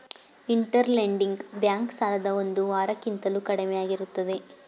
inter lending bank ಸಾಲದ ಒಂದು ವಾರ ಕಿಂತಲೂ ಕಡಿಮೆಯಾಗಿರುತ್ತದೆ